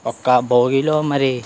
ఒక భోగిలో మరి